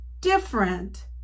different